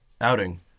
outing